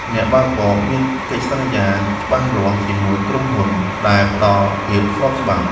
អ្នកបើកបរមានកិច្ចសន្យាច្បាស់លាស់ជាមួយក្រុមហ៊ុន ដែលផ្ដល់ភាពស្របច្បាប់។